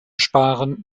sparen